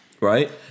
Right